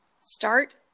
Start